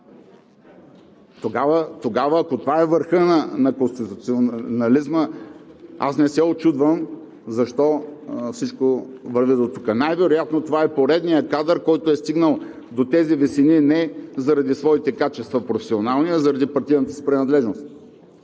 няколко, ако това е върхът на конституционализма, не се учудвам защо всичко върви дотук. Най вероятно това е поредният кадър, който е стигнал до тези висини не заради своите професионални качества, а заради партийната си принадлежност.